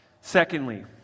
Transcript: Secondly